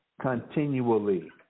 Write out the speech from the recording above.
continually